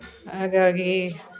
ಹಾಗಾಗಿ